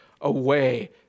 away